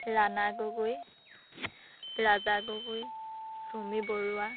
Rana Gogoi Raja Gogoi Chumi Barua